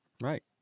Right